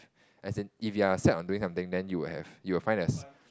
as in if you are set on doing something then you will have you will find as